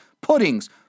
puddings